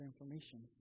information